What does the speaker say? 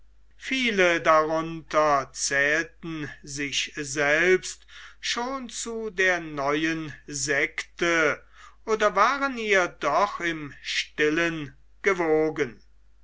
viele darunter zählten sich selbst schon zu der neuen sekte oder waren ihr doch im stillen gewogen